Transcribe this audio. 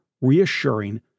reassuring